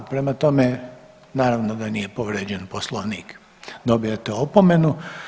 Prema tome, naravno da nije povrijeđen poslovnik, dobijate opomenu.